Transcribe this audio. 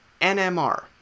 NMR